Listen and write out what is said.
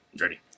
Ready